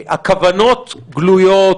הכוונות גלויות,